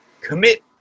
commit